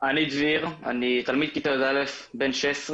דביר, אני תלמיד כיתה יא' בן שש עשרה,